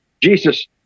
Jesus